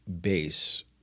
base